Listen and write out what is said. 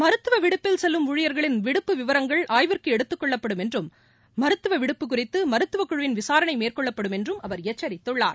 மருத்துவ விடுப்பில் செல்லும் ஊழியர்களின் விடுப்பு விவரங்கள் ஆய்விற்கு எடுத்துக் கொள்ளப்படும் என்றும் மருத்துவ விடுப்பு குறித்து மருத்துவ குழுவின் விசாரணை மேற்கொள்ளப்படும் என்றும் அவர் எச்சரித்துள்ளார்